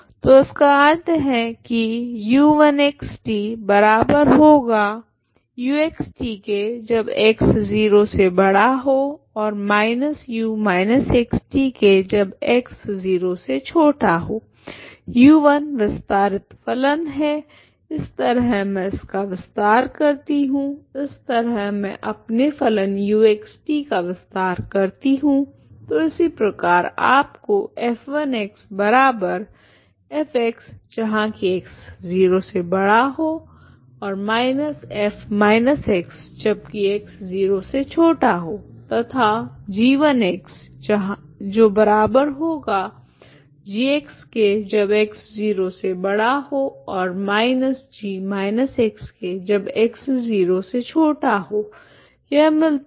तो इसका अर्थ है कि u1 विस्तारित फलन है इस तरह मैं इसका विस्तार करती हूं इस तरह मैं अपने फलन u x t का विस्तार करती हूं तो इसी प्रकार आपको तथा मिलता है